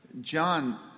John